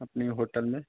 अपनी होटल में